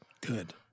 good